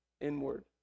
inward